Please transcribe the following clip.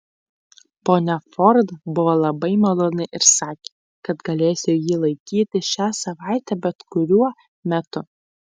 ponia ford buvo labai maloni ir sakė kad galėsiu jį laikyti šią savaitę bet kuriuo metu